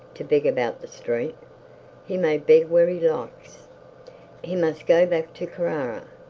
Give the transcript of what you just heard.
to beg about the street he may beg where he likes he must go back to carrara.